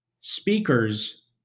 speakers